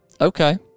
Okay